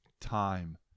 time